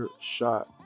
Shot